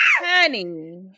Honey